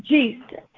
Jesus